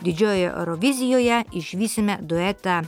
didžiojoje eurovizijoje išvysime duetą